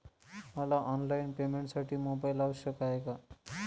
मला ऑनलाईन पेमेंटसाठी मोबाईल आवश्यक आहे का?